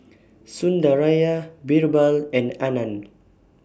Sundaraiah Birbal and Anand